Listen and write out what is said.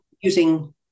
using